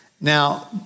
Now